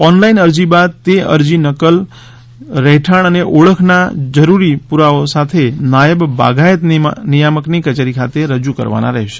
online અરજી બાદ તે અરજી નકલ રહેઠાંણ અને ઓળખાણના સહિતના જરૂરી દસ્તાવેજો સાથે નાયબ બાગાયત નિયામકની કચેરી ખાતે રજૂ કરવાની રહેશે